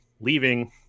leaving